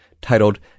titled